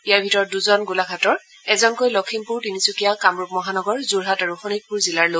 ইয়াৰ ভিতৰত দুজন গোলাঘাটৰ এজনকৈ লখিমপুৰ তিনিচুকীয়া কামৰূপ মহানগৰ যোৰহাট আৰু শোণিতপুৰ জিলাৰ লোক